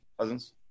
cousins